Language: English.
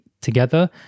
together